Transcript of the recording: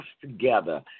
together